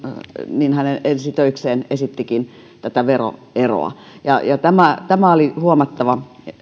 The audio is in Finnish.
niin hän ensi töikseen esittikin tätä veroeroa ja ja tämä tämä oli mielestäni huomattava